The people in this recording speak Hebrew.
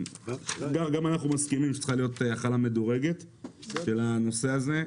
גם אנחנו מסכימים שצריכה להיות החלה מדורגת של הנושא הזה,